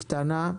קטנה,